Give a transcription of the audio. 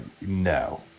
no